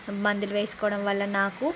మందులు వేసుకోవడం వల్ల నాకు